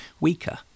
weaker